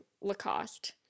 Lacoste